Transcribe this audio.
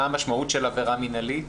מה המשמעות של עבירה מינהלית?